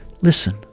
listen